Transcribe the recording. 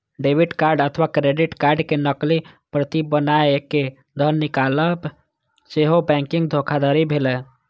debit card अथवा credit card के नकली प्रति बनाय कें धन निकालब सेहो बैंकिंग धोखाधड़ी भेलै